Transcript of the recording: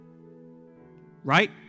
Right